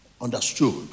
understood